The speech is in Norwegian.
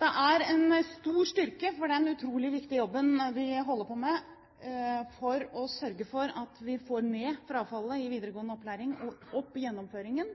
Det er en stor styrke for den utrolig viktige jobben vi holder på med for å sørge for at vi får ned frafallet i videregående opplæring og opp gjennomføringen,